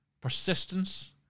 Persistence